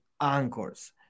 anchors